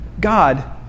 God